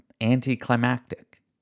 anticlimactic